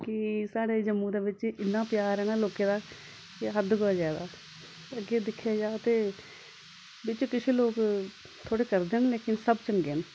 कि साढ़े जम्मू दे बिच्च इ'न्ना प्यार ऐ ना लोकें दा कि हद्ध कोला जैदा अग्गें दिक्खे जा ते बिच्च किश लोक थोह्ड़े करदे न लेकिन सब चंगे न